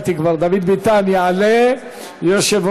ההצעה התקבלה בקריאה טרומית ותובא לוועדת הכספים להכנתה לקריאה